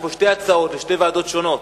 יש פה שתי הצעות לשתי ועדות שונות.